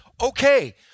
okay